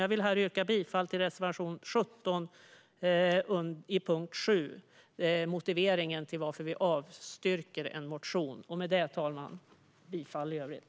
Jag vill yrka bifall till reservation 17 under punkt 7, motiveringen till att vi avstyrker en motion. Med detta, fru talman, yrkar jag bifall till utskottets förslag i övrigt.